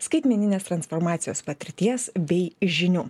skaitmeninės transformacijos patirties bei žinių